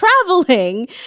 traveling